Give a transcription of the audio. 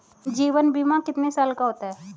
जीवन बीमा कितने साल का होता है?